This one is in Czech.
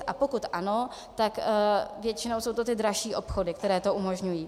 A pokud ano, většinou jsou to dražší obchody, které to umožňují.